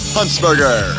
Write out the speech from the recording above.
Huntsberger